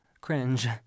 Cringe